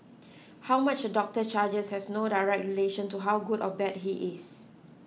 how much a doctor charges has no direct relation to how good or bad he is